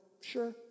sure